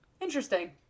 interesting